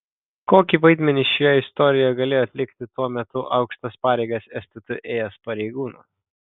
kokį vaidmenį šioje istorijoje galėjo atlikti tuo metu aukštas pareigas stt ėjęs pareigūnas